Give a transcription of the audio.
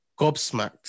gobsmacked